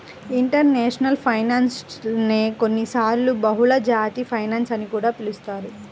international finance నే కొన్నిసార్లు బహుళజాతి ఫైనాన్స్ అని కూడా పిలుస్తారు